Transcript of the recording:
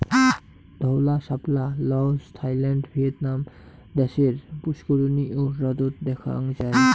ধওলা শাপলা Laos, Thailand, Vietnam দ্যাশের পুস্কুরিনী ও হ্রদত দ্যাখাং যাই